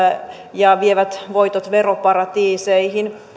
ja vievät voitot veroparatiiseihin